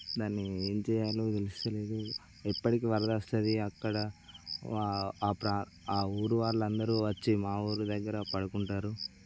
దాన్ని ఏం చేయాలో తెలుస్తలేదు ఎప్పటికీ వరద వస్తుంది అక్కడ ఆ ప్రాం ఆ ఊరు వాళ్ళందరూ వచ్చి మా ఊరు దగ్గర పడుకుంటారు